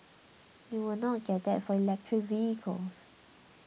you will not get that for electric vehicles